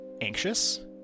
anxious